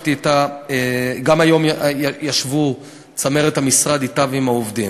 גם היום ישבו צמרת המשרד אתה ועם העובדים.